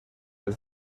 del